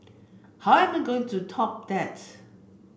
how am I going to top that